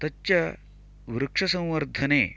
तच्च वृक्षसंवर्धने